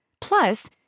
Plus